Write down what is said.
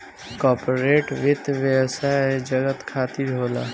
corporate वित्त व्यवसाय जगत खातिर होला